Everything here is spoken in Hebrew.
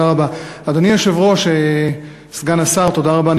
אדוני היושב-ראש, סגן השר, תודה רבה.